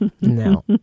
No